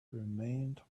remained